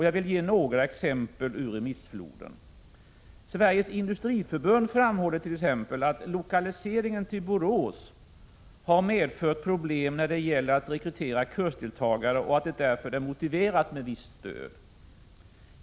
Jag vill ge några exempel ur remissfloden: Sveriges industriförbund framhåller t.ex. att lokaliseringen till Borås har medfört problem när det gäller att rekrytera kursdeltagare och att det därför är motiverat med visst stöd.